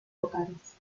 vocales